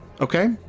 okay